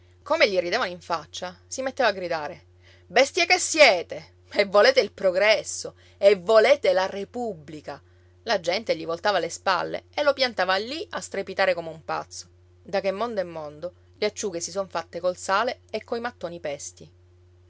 come gli ridevano in faccia si metteva a gridare bestie che siete e volete il progresso e volete la repubblica la gente gli voltava le spalle e lo piantava lì a strepitare come un pazzo da che il mondo è mondo le acciughe si son fatte col sale e coi mattoni pesti